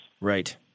Right